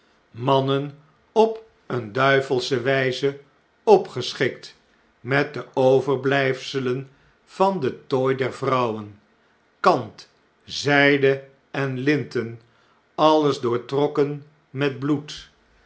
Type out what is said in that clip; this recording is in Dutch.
mannen op een duivelsche wijze opgeschikt met de overblijfselen van den tooi der vrouwen kant zijde en linten alles doortrokken met bloed